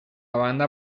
banda